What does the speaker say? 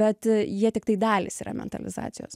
bet jie tiktai dalys yra mentalizacijos